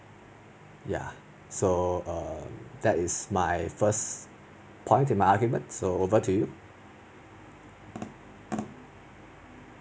ya so err that is my first point my argument so over to you